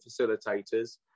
facilitators